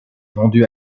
vendus